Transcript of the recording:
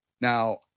Now